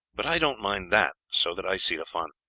but i don't mind that so that i see the fun.